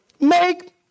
make